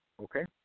Okay